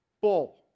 Bull